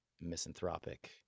misanthropic